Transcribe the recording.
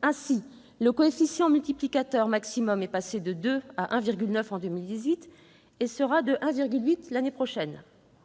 Ainsi, le coefficient multiplicateur maximal est passé de 2 à 1,9 en 2018 et s'élèvera à 1,8 l'année prochaine,